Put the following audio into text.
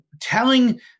telling